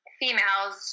females